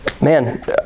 man